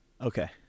Okay